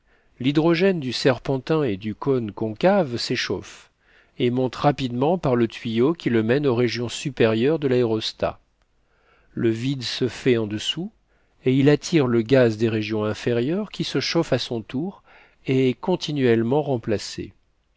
l'hydrogène du serpentin et du cône concave s'échauffe et monte rapidement par le tuyau qui le mène aux régions supérieures de l'aérostat le vide se fait en dessous et il attire le gaz des régions inférieures qui se chauffe à son tour et est continuellement remplacé